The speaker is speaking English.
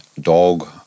dog